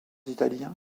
italien